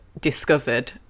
discovered